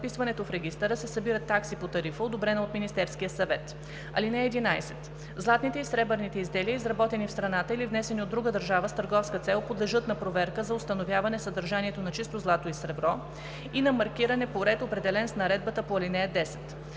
вписването в регистъра се събират такси по тарифа, одобрена от Министерския съвет. (11) Златните и сребърните изделия, изработени в страната или внесени от друга държава с търговска цел, подлежат на проверка за установяване съдържанието на чисто злато и сребро (титър) и на маркиране по ред, определен с наредбата по ал. 10.